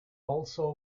also